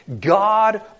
God